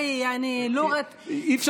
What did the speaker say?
(אומרת בערבית: קודם כול,